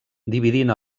dividint